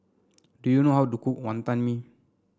do you know how to cook Wonton Mee